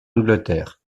angleterre